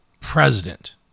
president